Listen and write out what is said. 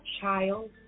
child